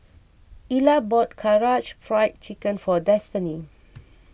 Ilah bought Karaage Fried Chicken for Destini